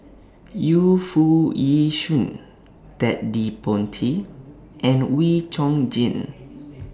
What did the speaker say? Yu Foo Yee Shoon Ted De Ponti and Wee Chong Jin